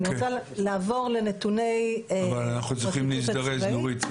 אני רוצה לעבור לנתוני -- אבל אנחנו צריכים להזדרז נורית,